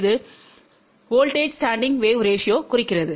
இது voltage standing wave ரேஸியோக் குறிக்கிறது